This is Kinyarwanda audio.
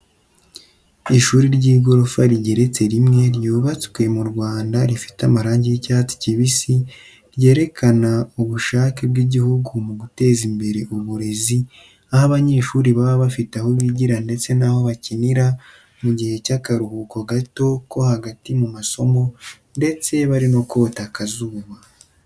Ishuri ry'igorofa rigeretse rimwe ryubatswe mu Rwanda rifite amarangi y'icyatsi kibisi, ryerekana ubushake bw'igihugu mu guteza imbere uburezi aho abanyeshuri baba bafite aho bigira ndetse n'aho bakinira mu gihe cy'akaruhuko gato ko hagati mu masomo ndetse bari no kota akazuba.